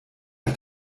hat